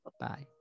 Bye